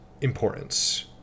importance